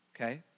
okay